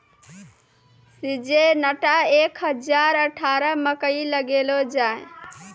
Syngenta एक हजार अठारह मकई लगैलो जाय?